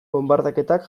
bonbardaketak